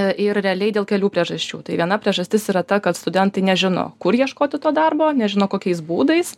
ir realiai dėl kelių priežasčių tai viena priežastis yra ta kad studentai nežino kur ieškoti to darbo nežino kokiais būdais